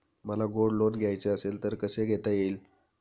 मला gold loan घ्यायचे असेल तर कसे घेता येईल?